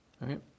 right